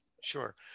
Sure